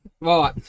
Right